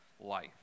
life